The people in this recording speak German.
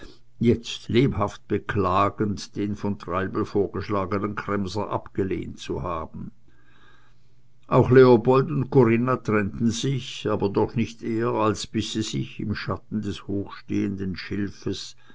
jetzt lebhaft beklagend den von treibel vorgeschlagenen kremser abgelehnt zu haben auch leopold und corinna trennten sich aber doch nicht eher als bis sie sich im schatten des hochstehenden schilfes